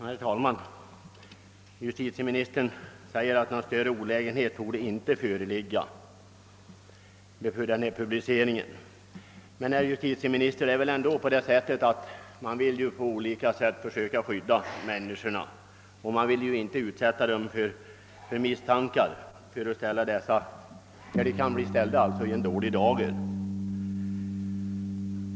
Herr talman! Justitieministern säger att en publicering inte torde medföra några större olägenheter. Men det är väl ändå så, herr justitieminister, att vi på olika sätt vill skydda människorna mot misstankar för något som kommer dem att framstå i dålig dager.